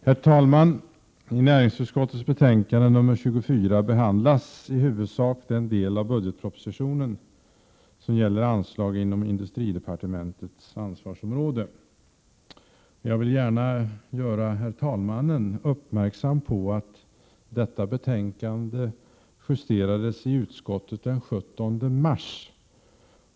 Herr talman! I näringsutskottets betänkande nr 24 behandlas i huvudsak den del av budgetpropositionen som gäller anslag inom industridepartementets ansvarsområde. Jag vill göra herr talmannen uppmärksam på att detta betänkande justerades i utskottet den 17 mars.